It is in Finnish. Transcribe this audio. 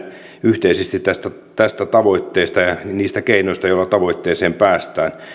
yhteisesti tästä tästä tavoitteesta ja niistä keinoista joilla tavoitteeseen päästään